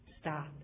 stop